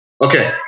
Okay